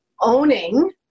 owning